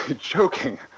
joking